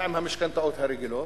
אלא עם המשכנתאות הרגילות,